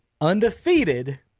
undefeated